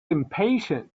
impatient